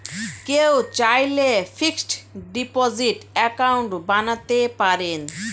কেউ চাইলে fixed deposit account বানাতে পারেন